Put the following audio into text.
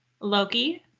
Loki